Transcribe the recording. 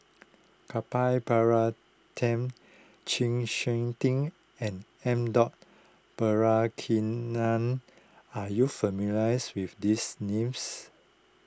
Gopal Baratham Chng Seok Tin and M Dot Balakrishnan are you familiars with these names